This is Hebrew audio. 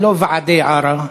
זה לא ועדי עארה.